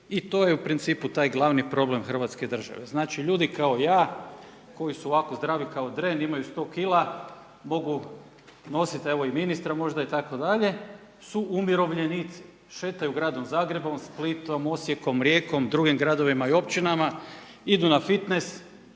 i to je u principu taj glavni problem Hrvatske države. Znači ljudi kao ja koji su ovako zdravi kao dren, imaju 100kg mogu nositi evo i ministra možda itd., su umirovljenici. Šetaju gradom Zagrebom, Splitom, Osijekom, Rijekom, drugim gradovima i općinama, idu na fitnes